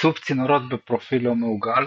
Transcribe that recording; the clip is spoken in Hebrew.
עיצוב צינורות בפרופיל לא מעוגל,